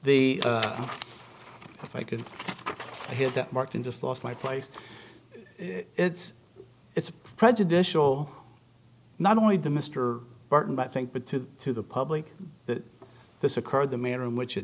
the if i could hit that mark and just lost my place it's it's prejudicial not only the mr burton but i think the to the public that this occurred the manner in which